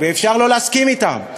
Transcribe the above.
ואפשר לא להסכים אתם.